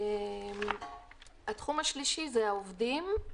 התחום השלישי זה העובדים.